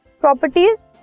properties